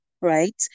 right